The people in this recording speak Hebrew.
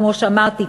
כמו שאמרתי,